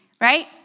right